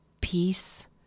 peace